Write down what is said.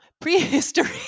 prehistory